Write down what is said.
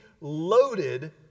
loaded